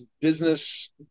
business